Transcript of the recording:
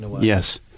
yes